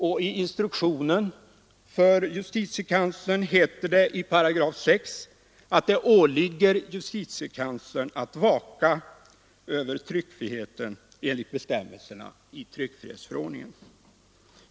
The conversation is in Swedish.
Och i instruktionen för justitiekanslern heter det i 6 8 att det åligger justitiekanslern att vaka över tryckfriheten enligt bestämmelserna i tryck frihetsförordningen.